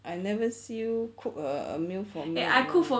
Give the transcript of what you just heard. I never see you cook a a meal for me